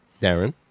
Darren